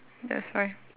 that's why